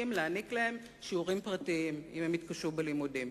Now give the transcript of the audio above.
כדי להעניק להם שיעורים פרטיים אם הם יתקשו בלימודים.